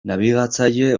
nabigatzaile